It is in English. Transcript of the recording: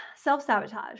self-sabotage